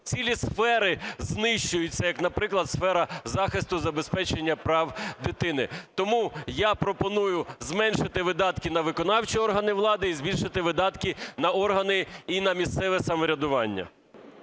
Цілі сфери знищуються, як, наприклад, сфера захисту забезпечення прав дитини. Тому я пропоную зменшити видатки на виконавчі органи влади і збільшити видатки на органи і на місцеве самоврядування.